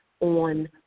On